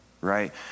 right